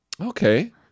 okay